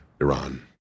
Iran